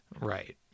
Right